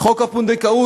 חוק הפונדקאות,